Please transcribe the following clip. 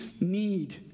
need